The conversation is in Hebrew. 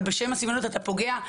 אבל בשם השוויוניות אתה פוגע.